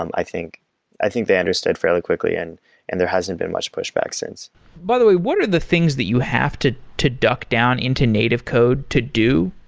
um i think i think they understood fairly quickly and and there hasn't been much pushback since by the way, what are the things that you have to to duck down into native code to do